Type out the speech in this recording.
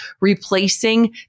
replacing